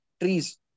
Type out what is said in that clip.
trees